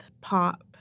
pop